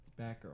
batgirl